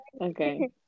Okay